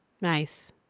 Nice